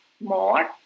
more